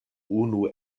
unu